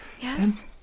yes